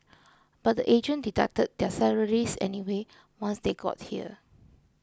but the agent deducted their salaries anyway once they got here